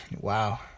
wow